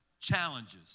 Challenges